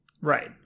Right